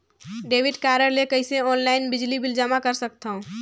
Debit card ले कइसे online बिजली बिल जमा कर सकथव?